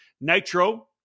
nitro